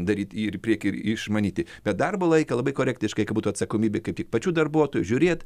daryt ir į priekį ir išmanyti bet darbo laiką labai korektiškai kad būtų atsakomybė kaip tik pačių darbuotojų žiūrėt